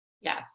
yes